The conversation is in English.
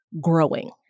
growing